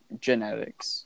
genetics